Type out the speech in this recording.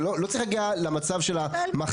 לא צריך להגיע למצב של המחלה.